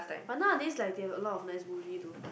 but nowadays like there are a lot of nice movies though